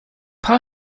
show